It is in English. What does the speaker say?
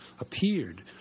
appeared